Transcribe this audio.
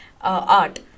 art